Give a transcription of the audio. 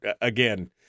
again